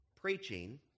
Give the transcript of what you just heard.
preaching